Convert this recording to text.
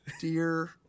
Dear